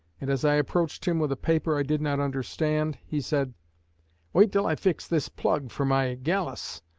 and as i approached him with a paper i did not understand, he said wait until i fix this plug for my gallus,